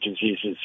diseases